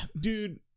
dude